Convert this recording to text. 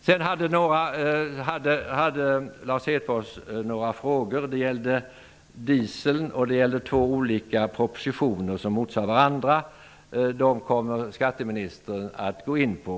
Lars Hedfors hade några frågor. Det gäller dieseln och två olika propositioner som motsade varandra. Dessa kommer skatteministern att gå in på.